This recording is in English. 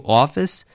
office